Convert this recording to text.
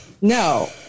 no